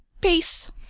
Peace